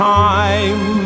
time